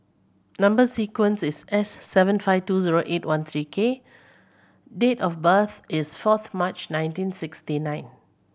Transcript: number sequence is S seven five two zero eight one three K date of birth is fourth March nineteen sixty nine